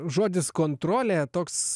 žodis kontrolė toks